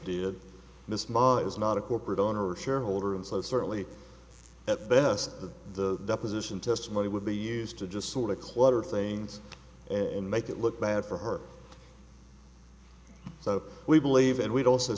was not a corporate owner or shareholder and so certainly at best the deposition testimony would be used to just sort of clutter things and make it look bad for her so we believe and we'd also